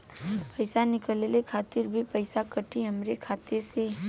पईसा निकाले खातिर भी पईसा कटी हमरा खाता से?